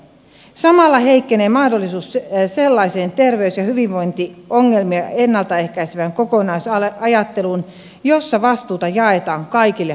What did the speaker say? samalla heikkenee mahdollisuus sellaiseen terveys ja hyvinvointiongelmia ennalta ehkäisevään kokonaisajatteluun jossa vastuuta jaetaan kaikille hallintokunnille